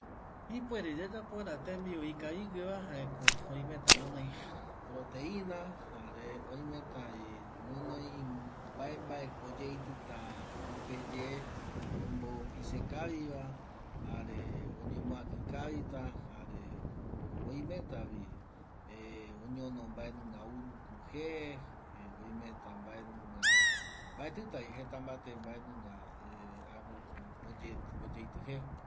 Ipuere yayapo tembiu ikavigueva oimeta guƚnoi proteina jare oimetavi guinoi mbae mbaeko oyeitƚta pƚpeye ombopise kaviva jare oñovatu kavita jare oimetavi oñono mbaenunga uruku je oimeta mbaeninga, mbaetƚtavi jetambate mbaenunga oyeitƚ je